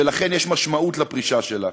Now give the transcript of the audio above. ולכן יש משמעות לפרישה שלה.